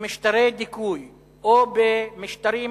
במשטרי דיכוי או במשטרים